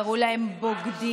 קראו להם בוגדים,